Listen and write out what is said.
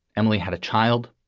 emily had a child,